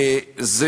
על מה אתה מדבר?